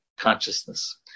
consciousness